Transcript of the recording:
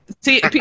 See